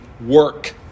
work